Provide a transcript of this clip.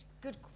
good